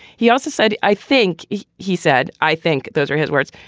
he also said i think he he said i think those are his words.